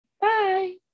Bye